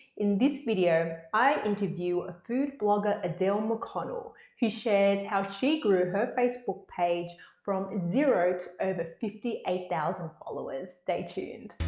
in this video, i interviewed food blogger adele mcconnell who shares how she grew her facebook page from zero to over fifty eight thousand followers stay tuned.